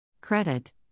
Credit